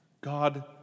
God